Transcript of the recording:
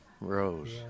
rose